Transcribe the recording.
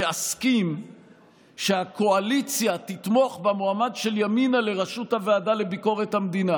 שאסכים שהקואליציה תתמוך במועמד של ימינה לראשות הוועדה לביקורת המדינה,